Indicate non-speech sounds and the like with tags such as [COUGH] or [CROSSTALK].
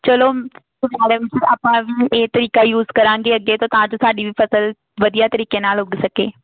ਚਲੋ [UNINTELLIGIBLE] ਆਪਾਂ ਇਹ ਤਰੀਕਾ ਯੂਜ ਕਰਾਂਗੇ ਅੱਗੇ ਤੋਂ ਤਾਂ ਜੋ ਸਾਡੀ ਵੀ ਫਸਲ ਵਧੀਆ ਤਰੀਕੇ ਨਾਲ਼ ਉੱਗ ਸਕੇ